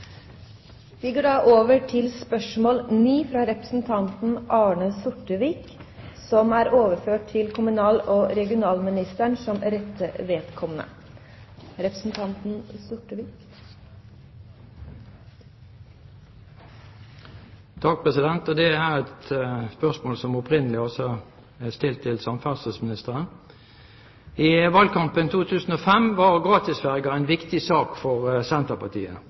Vi går så over til spørsmål 9. Dette spørsmålet, fra representanten Arne Sortevik til samferdselsministeren, er overført til kommunal- og regionalministeren som rette vedkommende. Dette er et spørsmål som opprinnelig er stilt til samferdselsministeren: «I valgkampen 2005 var gratisferjer en viktig sak for Senterpartiet,